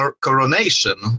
coronation